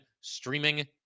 streaming